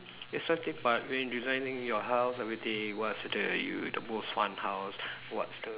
it's okay but when designing your house everything what's the you the most fun house what's the